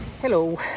Hello